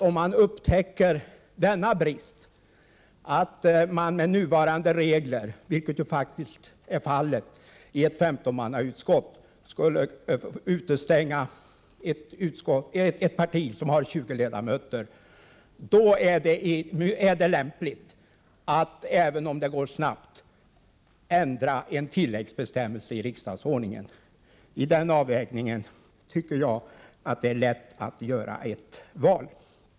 Om man upptäcker bristen att man med nuvarande regler i ett 15 mannautskott skulle utestänga ett parti som har 20 ledamöter är det lämpligt att, även om det går snabbt, ändra en tilläggsbestämmelse i riksdagsordningen. I fråga om den avvägningen tycker jag att det är lätt att göra ett val.